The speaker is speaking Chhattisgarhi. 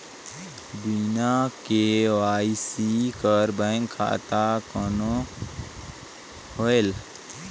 बिना के.वाई.सी कर बैंक खाता कौन होएल?